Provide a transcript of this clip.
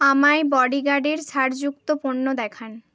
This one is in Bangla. আমায় বডিগার্ডের ছাড় যুক্ত পণ্য দেখান